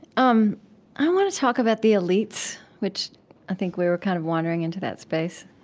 um i want to talk about the elites, which i think we were kind of wandering into that space.